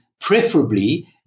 preferably